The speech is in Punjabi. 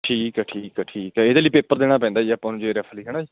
ਠੀਕ ਹੈ ਠੀਕ ਹੈ ਠੀਕ ਹੈ ਇਹਦੇ ਲਈ ਪੇਪਰ ਦੇਣਾ ਪੈਂਦਾ ਜੀ ਆਪਾਂ ਨੂੰ ਜੇ ਆਰ ਐੱਫ ਲਈ ਹੈ ਨਾ ਜੀ